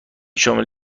شامل